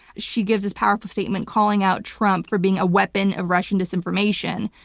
she gives this powerful statement calling out trump for being a weapon of russian disinformation.